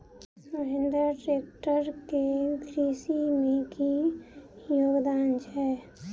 Mahindra tractor केँ कृषि मे की योगदान छै?